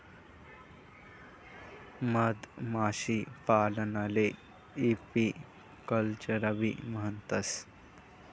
मधमाशीपालनले एपीकल्चरबी म्हणतंस